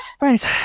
right